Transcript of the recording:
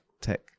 tech